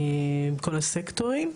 עם כל הסקטורים.